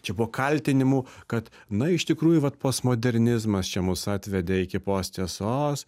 čia buvo kaltinimų kad na iš tikrųjų vat postmodernizmas čia mus atvedė iki posttiesos